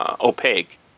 opaque